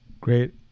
Great